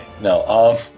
no